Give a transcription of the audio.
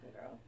girl